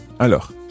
Alors